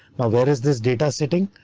now, where is this data setting?